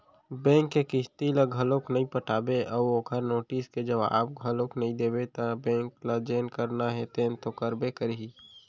bank के किस्ती ल घलोक नइ पटाबे अउ ओखर नोटिस के जवाब घलोक नइ देबे त बेंक ल जेन करना हे तेन तो करबे करही